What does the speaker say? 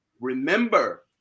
remember